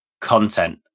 content